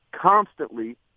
constantly